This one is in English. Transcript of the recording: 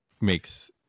makes